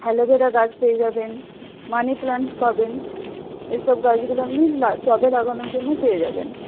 aloe vera গাছ পেয়ে যাবেন মানি প্ল্যান্ট পাবেন এসব গাছগুলো আপনি টবে লাগানোর জন্য পেয়ে যাবেন